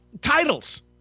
titles